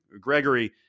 Gregory